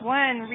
one